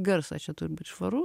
garsą čia turi būt švaru